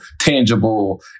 tangible